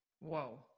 Whoa